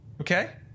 okay